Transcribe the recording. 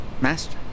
Master